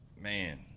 man